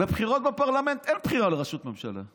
בבחירות בפרלמנט אין בחירה לראשות ממשלה,